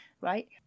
Right